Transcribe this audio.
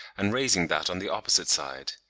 and raising that on the opposite side.